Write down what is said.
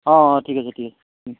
অঁ অঁ ঠিক আছে ঠিক আছে